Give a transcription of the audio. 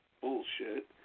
bullshit